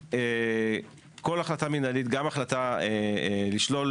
כל החלטה מנהלית, גם החלטה לשלול